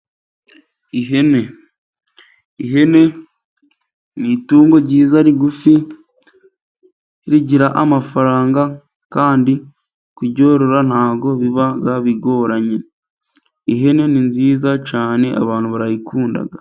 Ihene. Ihene ni itungo ryiza rigufi rigira amafaranga, kandi kuryorora ntabwo biba bigoranye. Ihene ni nziza cyane abantu barayikunda.